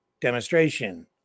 demonstration